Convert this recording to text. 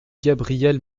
gabrielle